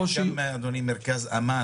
שייעשה מאמץ להשלים את הנתונים.